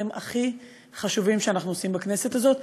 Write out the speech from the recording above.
הכי חשובים שאנחנו עושים בכנסת הזאת,